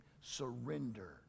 surrender